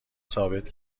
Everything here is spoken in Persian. ثابت